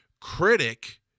Critic